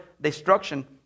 destruction